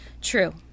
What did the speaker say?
True